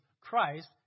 Christ